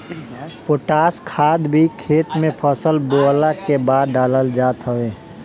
potash खाद भी खेत में फसल बोअला के बाद डालल जात हवे